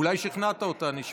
אולי שכנעת אותה, נשמע.